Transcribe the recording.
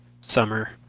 summer